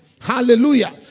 Hallelujah